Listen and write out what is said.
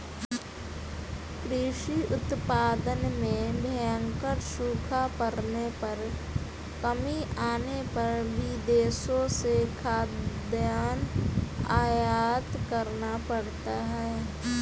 कृषि उत्पादन में भयंकर सूखा पड़ने पर कमी आने पर विदेशों से खाद्यान्न आयात करना पड़ता है